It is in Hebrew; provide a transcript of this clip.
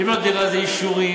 לבנות דירה זה אישורים,